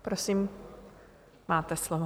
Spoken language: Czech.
Prosím, máte slovo.